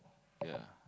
yea